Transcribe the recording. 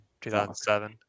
2007